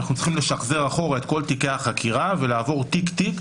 אנחנו צריכים לשחזר אחורה את כל תיקי החקירה ולעבור תיק תיק,